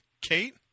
Kate